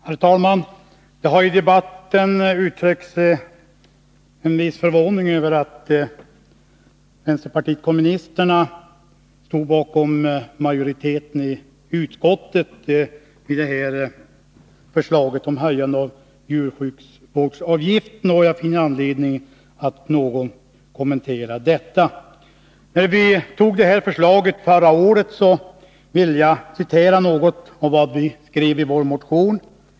Herr talman! Det har i debatten uttryckts en viss förvåning över att vänsterpartiet kommunisterna i utskottet stödde majoriteten och ställde sig bakom förslaget om höjning av djurskyddsvårdsavgiften. Jag finner anledning att något kommentera det. Jag vill då citera något av vad vi skrev i vår motion när riksdagen förra året fattade beslut i den här frågan.